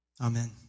Amen